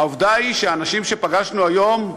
העובדה היא שהאנשים שפגשנו היום,